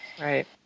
Right